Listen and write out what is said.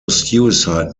suicide